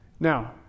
Now